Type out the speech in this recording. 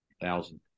thousand